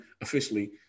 officially